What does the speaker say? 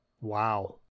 Wow